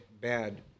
bad